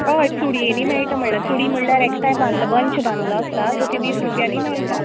हय चुडयेंनीं मेळटा म्हळा चुडी म्हळ्यार एकठांय बांदला बंच बांदला आसा सो ती वीस रुपयांनीं मेळटा